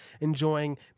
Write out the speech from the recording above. enjoying